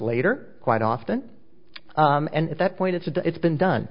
later quite often and at that point it's a it's been done